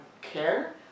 care